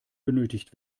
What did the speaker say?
benötigt